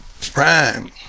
Prime